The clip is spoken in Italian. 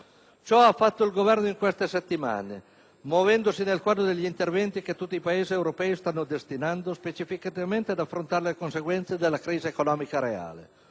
Ciò ha fatto il Governo in queste settimane, muovendosi nel quadro degli interventi che tutti i Paesi europei stanno destinando specificatamente ad affrontare le conseguenze della crisi economica reale: